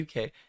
UK